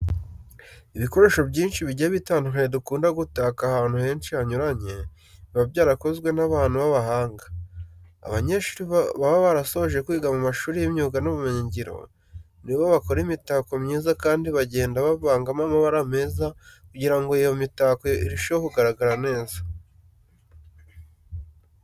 Ibikoresho byinshi bigiye bitandukanye dukunda gutaka ahantu henshi hanyuranye, biba byarakozwe n'abantu b'abahanga. Abanyeshuri baba barasoje kwiga mu mashuri y'imyuga n'ubumenyingiro ni bo bakora imitako myiza kandi bagenda bavagamo amabara meza kugira ngo iyo mitako irusheho kugaragara neza.